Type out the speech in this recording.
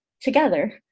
together